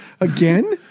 Again